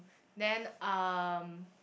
then um